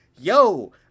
yo